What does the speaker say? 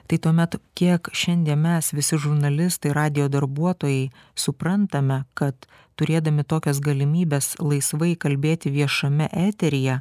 tai tuomet kiek šiandien mes visi žurnalistai radijo darbuotojai suprantame kad turėdami tokias galimybes laisvai kalbėti viešame eteryje